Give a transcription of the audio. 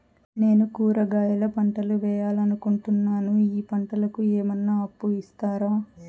నేను కూరగాయల పంటలు వేయాలనుకుంటున్నాను, ఈ పంటలకు ఏమన్నా అప్పు ఇస్తారా?